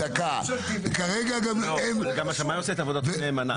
גם השמאי עושה את עבודתו נאמנה.